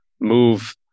move